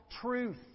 truth